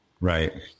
right